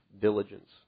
diligence